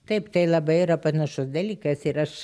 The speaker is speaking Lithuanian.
taip tai labai yra panašus dalykas ir aš